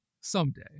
Someday